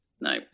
no